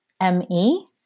m-e